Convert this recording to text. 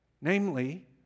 namely